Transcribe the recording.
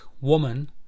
woman